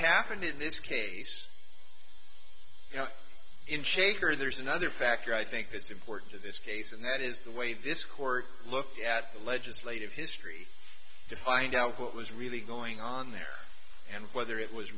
happened in this case in shaker there's another factor i think that's important to this case and that is the way this court looked at legislative history to find out what was really going on there and whether it was